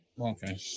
Okay